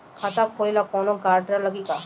खाता खोले ला कौनो ग्रांटर लागी का?